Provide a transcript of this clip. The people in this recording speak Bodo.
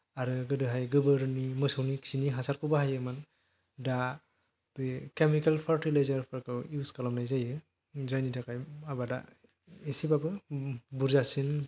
आरो गोदोहाय गोबोरनि मोसौनि खिनि हासारखौ बाहायोमोन दा बे केमिकेल फार्टिलायजार फोरखौ इउज खालामनाय जायो जायनि थाखाय आबादा एसेबाबो बुरजासिन